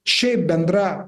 šiaip bendra